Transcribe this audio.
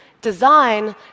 Design